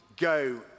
go